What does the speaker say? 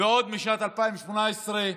בשנת 2018,